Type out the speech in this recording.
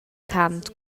cant